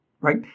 Right